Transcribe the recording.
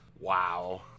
Wow